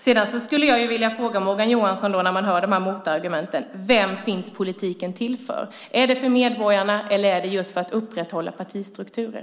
När jag hör de här motargumenten vill jag fråga Morgan Johansson: Vem är politiken till för? Är det för medborgarna eller är det för att upprätthålla partistrukturer?